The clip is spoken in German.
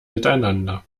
miteinander